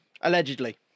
Allegedly